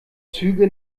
züge